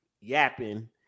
yapping